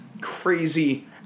crazy